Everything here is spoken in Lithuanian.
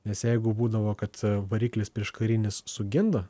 nes jeigu būdavo kad variklis prieškarinis sugenda